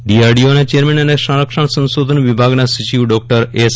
ડીઆરડીઓના chairman અને સંરક્ષણ સંશોધન વિભાગના સચિવ ડોકટર એસ